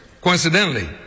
Coincidentally